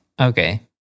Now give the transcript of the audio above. Okay